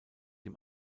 dem